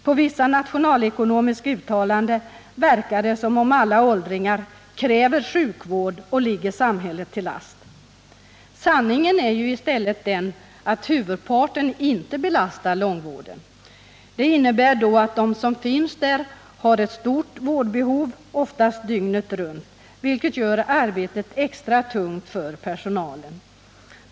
På vissa nationalekonomers uttalanden verkar det som om alla åldringar kräver sjukvård och ligger samhället till last. Sanningen är ju i stället den att huvudparten inte belastar långvården. Det innebär då att de som finns där har ett stort vårdbehov, oftast dygnet runt, vilket gör arbetet extra tungt för personalen.